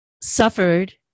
suffered